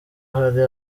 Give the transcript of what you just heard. hari